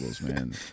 man